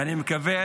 ואני מקווה